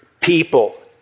people